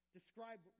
Describe